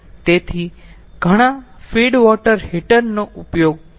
તેથી ઘણા feed water heater નો ઉપયોગ કરવામાં આવે છે